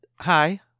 hi